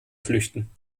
flüchten